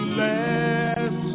last